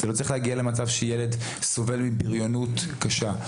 זה לא צריך להגיע למצב שילד סובל מבריונות קשה.